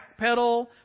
backpedal